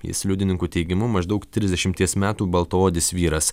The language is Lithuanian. jis liudininkų teigimu maždaug trisdešimties metų baltaodis vyras